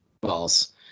balls